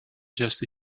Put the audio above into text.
just